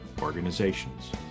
organizations